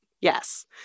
Yes